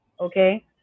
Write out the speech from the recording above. Okay